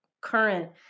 current